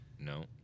No